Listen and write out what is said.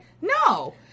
No